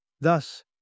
Thus